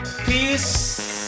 Peace